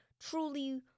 truly